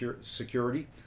Security